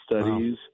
studies